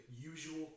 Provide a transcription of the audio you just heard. usual